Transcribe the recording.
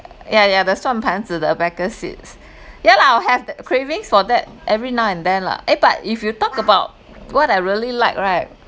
ya ya the suan pan zi the abacus seeds ya lah I'll have the cravings for that every now and then lah eh but if you talk about what I really like right